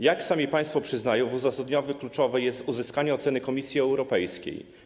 Jak sami państwo przyznają w uzasadnieniu, kluczowe jest uzyskanie oceny Komisji Europejskiej.